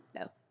No